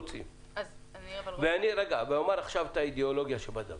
אומר עכשיו את האידיאולוגיה שבדבר.